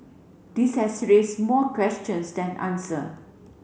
this has raised more questions than answer